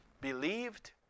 believed